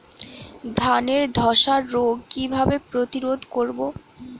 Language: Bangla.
ধানে ধ্বসা রোগ কিভাবে প্রতিরোধ করব?